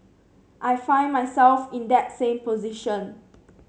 I find myself in that same position